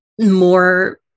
more